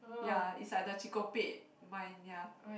yea is like the Chee-Ko-Pek mind yea